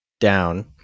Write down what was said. down